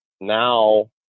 Now